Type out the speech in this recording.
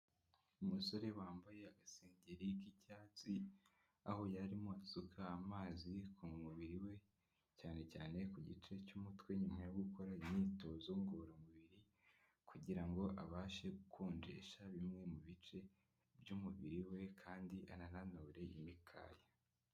Umusore wambaye agasengeri k'icyatsi aho yarimo asuka amazi ku mubiri we cyane cyane ku gice cy'umutwe nyuma yo gukora imyitozo ngororamubiri kugira ngo abashe gukonjesha bimwe mu bice by'umubiri we kandi anananure imikaya.